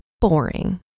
boring